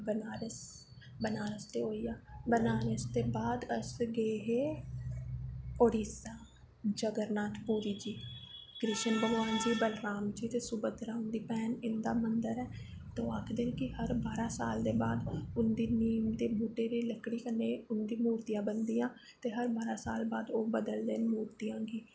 बनारस बनारस ते होई गेआ बनारस दे बाद अस गे हे उडीसा जगननाथ पुरी जी कृष्ण जी भगवान बलराम सुभद्रा उंदी भैन जी दा मन्दर ऐ ते ओह् आखदे न कि आखदे न कि बारां साल बाद नील दी लकड़ी नै उंदियां मूर्तियां बनदियां ते हर बारां साल बाद ओह् बदलदे न मूर्तियें गी